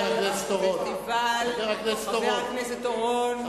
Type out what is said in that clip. חבר הכנסת אורון,